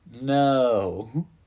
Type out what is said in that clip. No